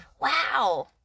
Wow